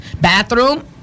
Bathroom